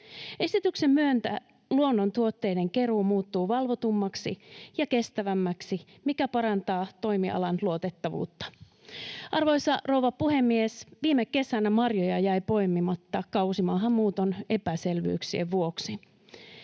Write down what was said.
Esityksen myötä luonnontuotteiden keruu muuttuu valvotummaksi ja kestävämmäksi, mikä parantaa toimialan luotettavuutta. Arvoisa rouva puhemies! Viime kesänä marjoja jäi poimimatta kausimaahanmuuton epäselvyyksien vuoksi.